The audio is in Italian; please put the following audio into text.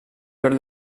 per